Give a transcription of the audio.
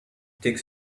takes